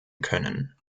können